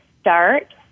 start